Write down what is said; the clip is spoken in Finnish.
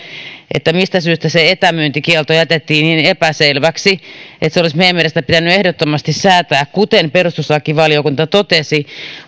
mistä syystä se etämyyntikielto jätettiin niin epäselväksi se olisi meidän mielestämme pitänyt ehdottomasti säätää kuten perustuslakivaliokunta totesi